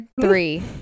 three